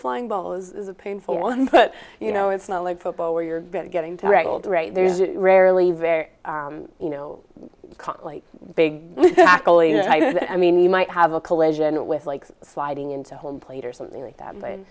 flying bowl is a painful one but you know it's not like football where you're getting tackled right there's rarely very you know like big i mean you might have a collision with like sliding into home plate or something like that but